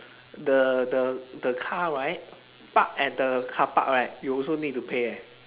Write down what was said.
the the the car right park at the carpark right you also need to pay eh